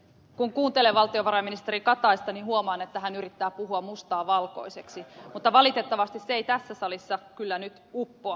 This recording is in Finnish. kun kuuntelen valtiovarainministeri kataista niin huomaan että hän yrittää puhua mustaa valkoiseksi mutta valitettavasti se ei tässä salissa kyllä nyt uppoa